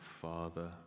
father